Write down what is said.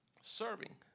serving